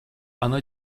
оно